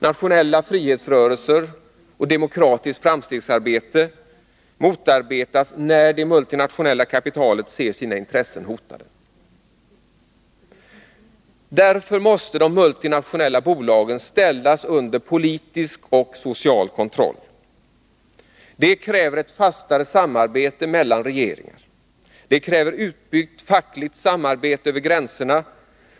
Nationella frihetsrörelser och demokratiskt framstegsarbete motarbetas när det multinationella kapitalet ser sina intressen hotade. Därför måste de multinationella bolagen ställas under politisk och social kontroll. Det kräver ett fastare samarbete mellan regeringar. Det kräver utbyggt fackligt samarbete över gränserna.